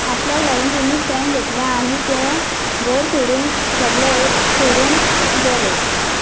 आपल्याक लागून तेंणी स्टँड घेतले आनी तें घर सोडून सगळें सोडून गेलें